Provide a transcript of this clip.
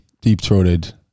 deep-throated